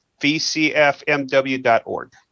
VCFMW.org